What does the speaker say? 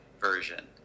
version